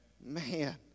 man